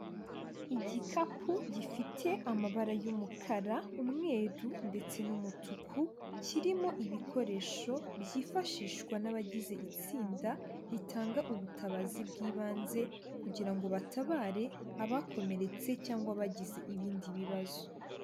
Igikapu gifite amabara y'umukara, umweru ndetse n'umutuku, kirimo ibikoresho byifashishwa n'abagize itsinda ritanga ubutabazi bw'ibanze kugira ngo batabare abakomeretse cyangwa bagize ibindi bibazo.